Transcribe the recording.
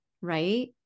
Right